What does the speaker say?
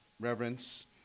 reverence